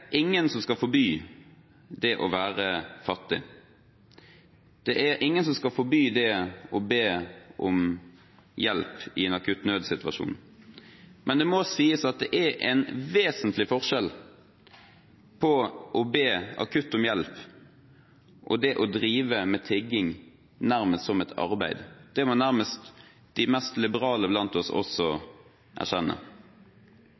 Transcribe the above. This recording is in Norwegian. ingen som skal forby det å være fattig, det er ingen som skal forby det å be om hjelp i en akutt nødsituasjon. Men det må sies at det er en vesentlig forskjell på å be akutt om hjelp og det å drive med tigging nærmest som et arbeid. Det må også de mest liberale blant oss